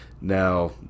Now